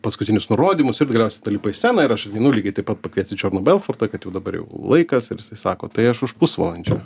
paskutinius nurodymus ir galiausiai tada lipa į sceną ir aš ateinu lygiai taip pat pakviesti džoną belfortą kad jau dabar jau laikas ir jisai sako tai aš už pusvalandžio